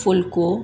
फ़ुल्को